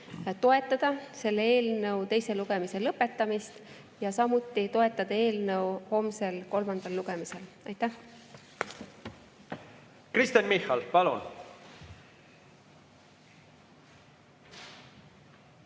toetada selle eelnõu teise lugemise lõpetamist ja samuti toetada eelnõu homsel kolmandal lugemisel. Aitäh!